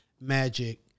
magic